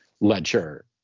ledger